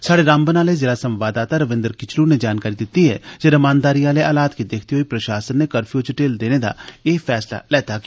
स्हाड़े रामबन आह्ले जिला संवाददाता रविंदर किचलु नै जानकारी दित्ती ऐ जे रमानदारी आह्ले हालात गी दिक्खदे होई प्रशासन नै कर्फ्यू च ढिल्ल देने दा एह् फैसला लैता ऐ